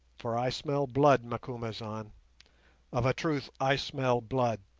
for i smell blood, macumazahn of a truth i smell blood.